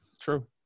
True